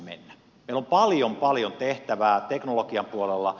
meillä on paljon paljon tehtävää teknologian puolella